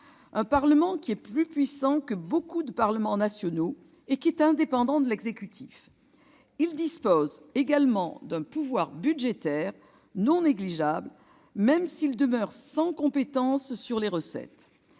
Le Parlement européen est plus puissant que beaucoup de parlements nationaux et est indépendant de l'exécutif. Il dispose également d'un pouvoir budgétaire non négligeable, même s'il demeure sans compétence sur les recettes.